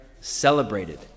celebrated